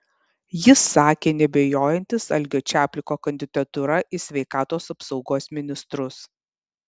jis sakė neabejojantis algio čapliko kandidatūra į sveikatos apsaugos ministrus